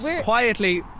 quietly